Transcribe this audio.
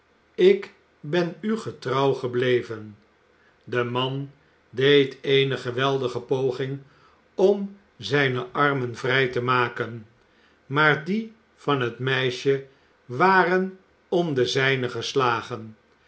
ik ben u getrouw gebleven de man deed eene geweldige poging om zijne armen vrij te maken maar die van het meisje waren om de zijnen geslagen